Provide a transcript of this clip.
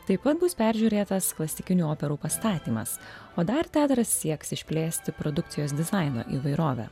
taip pat bus peržiūrėtas klasikinių operų pastatymas o dar teatras sieks išplėsti produkcijos dizaino įvairovę